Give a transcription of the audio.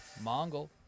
Mongol